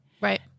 Right